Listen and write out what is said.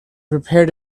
prepared